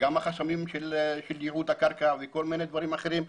גם החסמים של ייעוד הקרקע וכל מיני דברים אחרים.